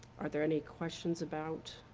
are there any questions about